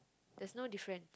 there's no difference